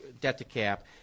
debt-to-cap